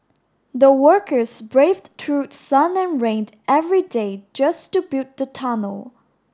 the workers braved through sun and rain every day just to build the tunnel